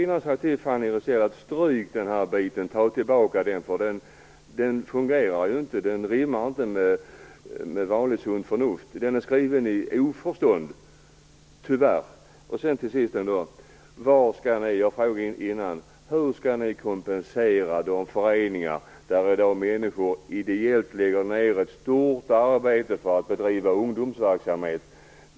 Tidigare sade jag till Fanny Rizell att den här biten borde strykas och tas tillbaka, för den fungerar ju inte. Den rimmar inte med vanligt sunt förnuft och är tyvärr skriven i oförstånd. Till sist vill jag upprepa min fråga: Hur skall ni kompensera de föreningar där i dag människor ideellt lägger ned ett stort arbete för att bedriva ungdomsverksamhet?